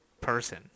person